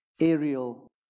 aerial